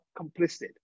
complicit